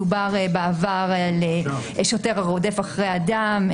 בעבר דובר על שוטר הרודף אחרי אדם.